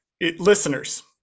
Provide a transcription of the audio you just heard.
listeners